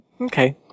Okay